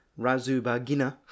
Razubagina